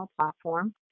platform